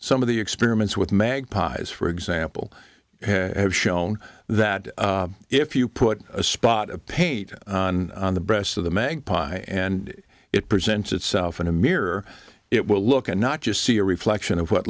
some of the experiments with magpies for example have shown that if you put a spot of paint on the breasts of the magpie and it presents itself in a mirror it will look at not just see a reflection of what